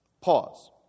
Pause